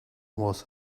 was